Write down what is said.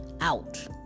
out